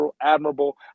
admirable